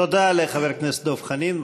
תודה לחבר הכנסת דב חנין.